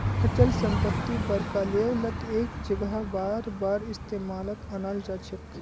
अचल संपत्ति बड़का लेवलत एक जगह बारबार इस्तेमालत अनाल जाछेक